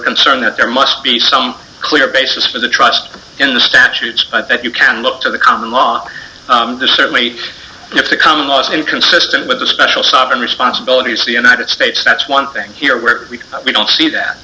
concerned that there must be some clear basis for the trust in the statutes i think you can look to the common law certainly if the common law is inconsistent with the special sovereign responsibility of the united states that's one thing here where we don't see that